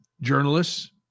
journalists